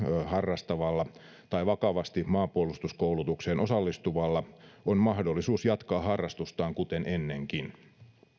harrastavalla tai vakavasti maanpuolustuskoulutukseen osallistuvalla on mahdollisuus jatkaa harrastustaan kuten ennenkin